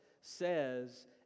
says